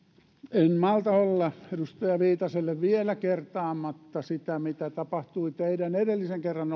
en malta olla edustaja viitaselle vielä kertaamatta sitä mitä tapahtui teidän ollessanne edellisen kerran